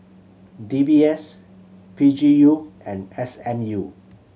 D B S P G U and S M U